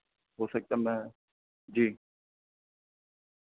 ہو سکتا میں جی